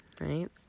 right